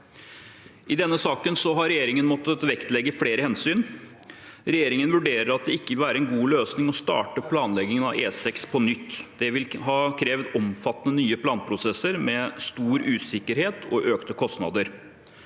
I denne saken har regjeringen måttet vektlegge flere hensyn. Regjeringen vurderer at det ikke vil være en god løsning å starte planlegging av E6 på nytt. Det vil kreve omfattende nye planprosesser med stor usikkerhet og økte kostnader.